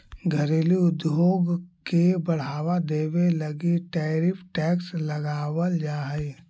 घरेलू उद्योग के बढ़ावा देवे लगी टैरिफ टैक्स लगावाल जा हई